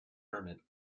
hermit